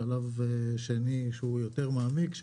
השלב השני הוא יותר מעמיק,